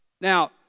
Now